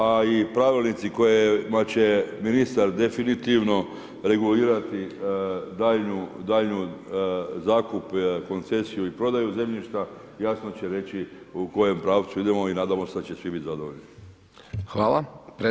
A i pravilnici kojima će ministar definitivno regulirati daljnju zakup, koncesiju i prodaju zemljišta, jasno će reći u kojem pravcu idemo i nadamo se da će svi biti zadovoljni.